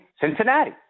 Cincinnati